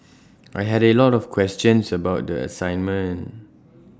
I had A lot of questions about the assignment